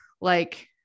Like-